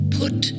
put